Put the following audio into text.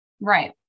Right